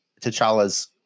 t'challa's